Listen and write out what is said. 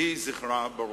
יהי זכרה ברוך.